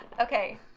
Okay